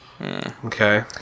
Okay